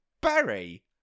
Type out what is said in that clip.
Berry